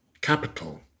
capital